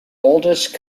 oldest